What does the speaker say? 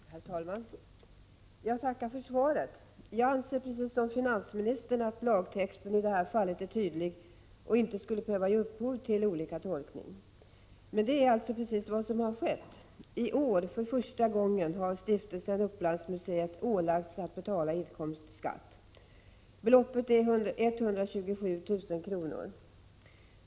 Herr talman! Jag tackar för svaret. Jag anser liksom finansministern att lagtexten i detta fall är tydlig och inte borde behöva ge upphov till olika tolkningar. Men det är alltså vad som har skett. I år har Stiftelsen Upplandsmuseet för första gången ålagts att betala inkomstskatt. Beloppet är 127 000 kr.